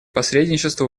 посредничеству